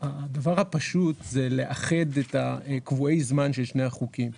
הדבר הפשוט זה לאחד את קבועי הזמן של שני החוקים.